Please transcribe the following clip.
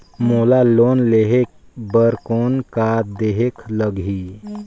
मोला लोन लेहे बर कौन का देहेक लगही?